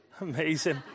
Amazing